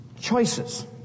Choices